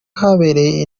habereye